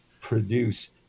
produce